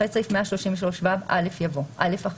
אחרי סעיף 133ו(א) יבוא: (א1)